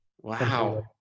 Wow